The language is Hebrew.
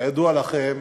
כידוע לכם,